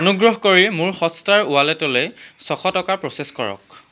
অনুগ্ৰহ কৰি মোৰ হটষ্টাৰ ৱালেটলৈ ছশ টকা প্ৰ'চেছ কৰক